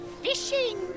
fishing